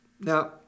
Now